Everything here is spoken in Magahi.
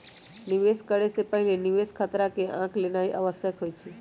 निवेश करे से पहिले निवेश खतरा के आँक लेनाइ आवश्यक होइ छइ